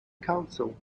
council